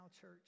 church